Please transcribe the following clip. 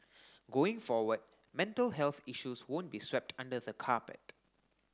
going forward mental health issues won't be swept under the carpet